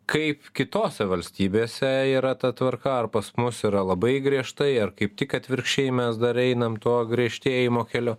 kaip kitose valstybėse yra ta tvarka ar pas mus yra labai griežtai ar kaip tik atvirkščiai mes dar einam tuo griežtėjimo keliu